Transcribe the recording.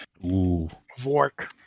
vork